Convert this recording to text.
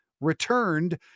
returned